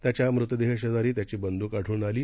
त्याच्या मृतदेहाशेजारी त्याची बंद्क आढळून आली